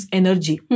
energy